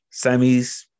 semis